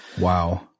Wow